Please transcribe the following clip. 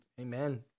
Amen